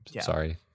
Sorry